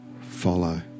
follow